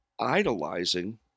idolizing